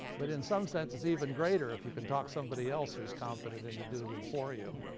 but in some sense it's even greater if you can talk somebody else, who's competent, into doing them for you.